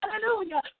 Hallelujah